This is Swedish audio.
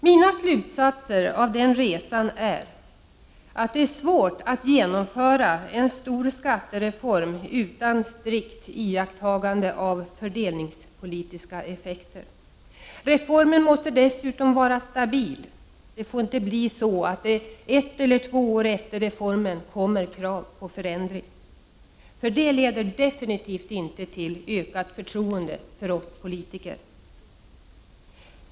Mina slutsatser av den resan är att det är svårt att genomföra en stor skattereform utan strikt iakttagande av fördelningspolitiska effekter. Reformen måste vara stabil. Det får inte bli så att det ett eller två år efter reformen kommer krav på förändring. Det leder definitivt inte till ökat förtroende för oss politiker.